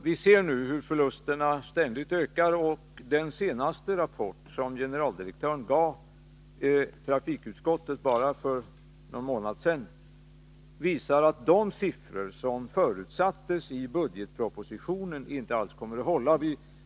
Vi ser nu hur förlusterna ständigt ökar, och den senaste rapporten som generaldirektören gav trafikutskottet för bara någon månad sedan visar att de siffror som förutsattes i budgetpropositionen inte kommer att hålla.